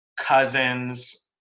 cousins